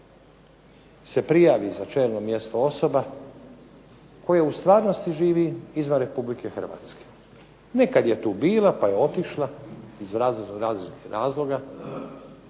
se prijavi za čelno mjesto osoba koja u stvarnosti živi izvan Republike Hrvatske. Nekad je tu bila, pa je otišla, iz različitih razloga,